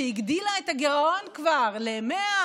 שהגדילה את הגירעון כבר ל-100,